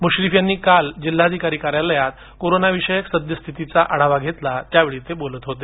मुश्रीफ यांनी काल जिल्हाधिकारी कार्यालयात कोरोना विषयक सद्यस्थितीचा आढावा घेतलात्यावेळी ते बोलत होते